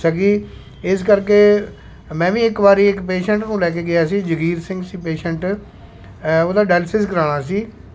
ਸਕੀ ਇਸ ਕਰਕੇ ਮੈਂ ਵੀ ਇੱਕ ਵਾਰੀ ਇਕ ਪੇਸ਼ੈਂਟ ਨੂੰ ਲੈ ਕੇ ਗਿਆ ਸੀ ਜਗੀਰ ਸਿੰਘ ਸੀ ਪੇਸ਼ੈਂਟ ਉਹਦਾ ਡਾਇਲਸਿਸ ਕਰਵਾਉਣਾ ਸੀ